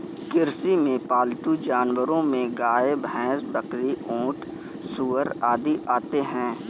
कृषि में पालतू जानवरो में गाय, भैंस, बकरी, ऊँट, सूअर आदि आते है